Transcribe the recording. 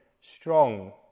strong